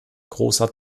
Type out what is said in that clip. großer